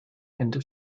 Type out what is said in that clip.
into